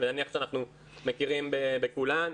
נניח שאנחנו מכירים בכולן,